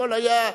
הכול היה.